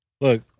Look